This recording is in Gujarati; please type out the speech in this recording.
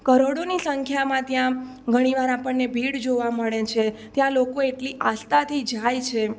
કરોડોની સંખ્યામાં ત્યાં ઘણી વાર આપણને ભીડ જોવા મળે છે ત્યાં લોકો એટલી આસ્થાથી જાય છે